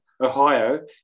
Ohio